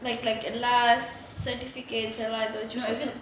like like last certificates லாம் வச்சி:laam vachi